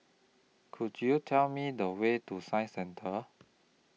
Could YOU Tell Me The Way to Science Centre